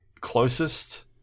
closest